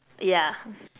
yeah